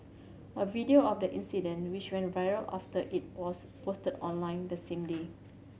a video of the incident which went viral after it was posted online the same day